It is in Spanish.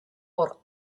por